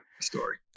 story